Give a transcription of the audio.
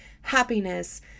happiness